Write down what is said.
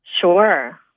Sure